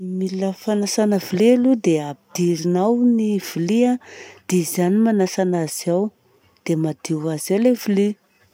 Ny milina fanasana vilia aloha dia ampidirina ao ny vilia, dia izy ihany manasa anazy ao, dia madio ho azy ao ilay vilia.